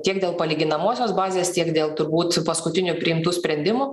tiek dėl palyginamosios bazės tiek dėl turbūt paskutinių priimtų sprendimų